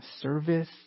service